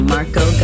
Marco